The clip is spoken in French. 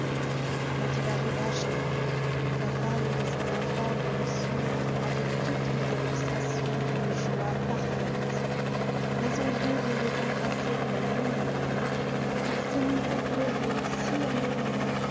quand il arriva chez lui sa femme et ses enfants le reçurent avec toutes les démonstrations d'une joie parfaite mais au lieu de les embrasser de la même manière il se mit à pleurer si amèrement